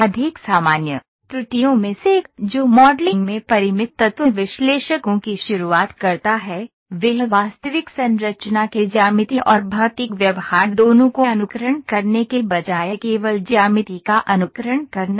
अधिक सामान्य त्रुटियों में से एक जो मॉडलिंग में परिमित तत्व विश्लेषकों की शुरुआत करता है वह वास्तविक संरचना के ज्यामिति और भौतिक व्यवहार दोनों को अनुकरण करने के बजाय केवल ज्यामिति का अनुकरण करना है